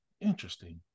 Interesting